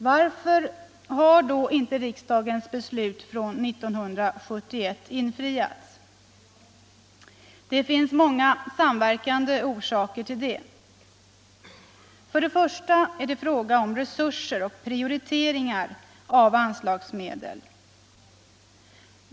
Varför har då inte riksdagens beslut från 1971 infriats? Ja, det finns många samverkande orsaker till det. För det första är det fråga om resurser och prioriteringar av anslagsmedel.